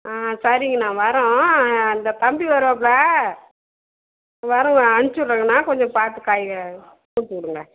ஆ சரிங்கண்ணா வரோம் அந்த தம்பி வருவாப்புல வரோம் அனுப்பிச்சி விடுங்கண்ணா கொஞ்சம் பார்த்து காயை கொடுத்து விடுங்க